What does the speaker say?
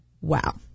wow